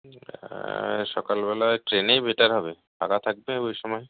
হ্যাঁ সকালবেলা ট্রেনেই বেটার হবে ফাঁকা থাকবে ওই সময়